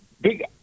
big